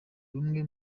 bumwe